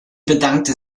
bedankte